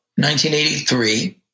1983